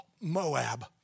Moab